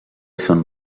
són